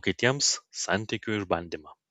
o kitiems santykių išbandymą